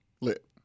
Lit